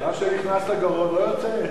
מה שנכנס לגרון לא יוצא.